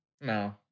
No